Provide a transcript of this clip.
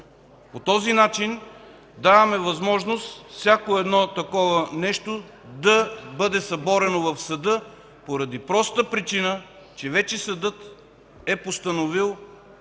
По този начин даваме възможност всяко такова нещо да бъде съборено в съда поради простата причина, че вече съдът е постановил